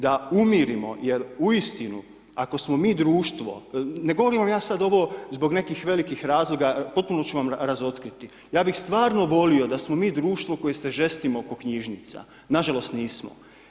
Da umirimo, jer uistinu ako smo mi društvo, ne govorim vam ja sad ovo zbog nekih velikih razloga potpuno ću vam razotkriti, ja bi stvarno volio da smo mi društvo koje se žestimo oko knjižnica, nažalost nismo.